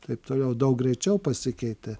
taip toliau daug greičiau pasikeitė